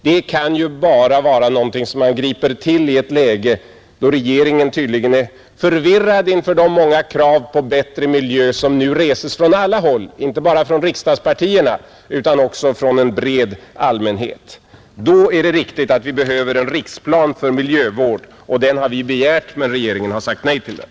Det kan ju bara vara någonting som man griper till i ett läge, då regeringen tydligen är förvirrad inför de många krav på bättre miljö som nu reses från alla håll, inte bara från riksdagspartier utan också från en bred allmänhet. Då är det riktigt att vi behöver en riksplan för miljövård. Den har vi begärt, men regeringen har sagt nej till den.